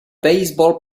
baseball